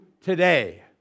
today